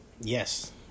yes